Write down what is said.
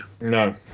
no